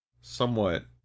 somewhat